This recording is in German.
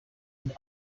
und